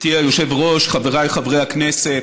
גברתי היושבת-ראש, חבריי חברי הכנסת,